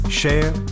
share